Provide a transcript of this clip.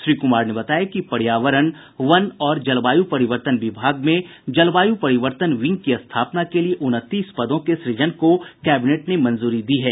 श्री कुमार ने बताया कि पर्यावरण वन और जलवायु परिवर्तन विभाग में जलवायु परिवर्तन विंग की स्थापना के लिए उनतीस पदों के सुजन को कैबिनेट ने मंजूरी दी है